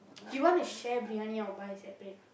you want to share briyani or buy separate